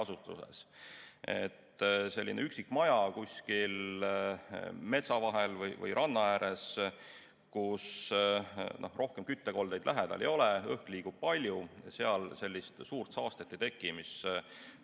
tiheasutuses. Üksik maja kuskil metsa vahel või ranna ääres, kus rohkem küttekoldeid lähedal ei ole, õhk liigub palju, seal sellist suurt saastet ei teki, mis